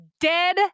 dead